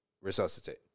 resuscitate